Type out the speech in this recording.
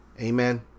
Amen